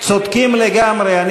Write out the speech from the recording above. צודקים לגמרי,